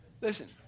listen